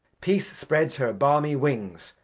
peace spreads her balmy wings,